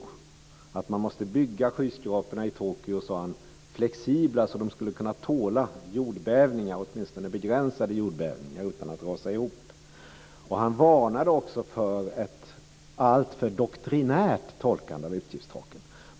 Han sade att man måste bygga skyskraporna i Tokyo så flexibla att de skulle kunna tåla jordbävningar, åtminstone begränsade jordbävningar, utan att rasa ihop. Han varnade också för ett alltför doktrinärt tolkande av utgiftstaken.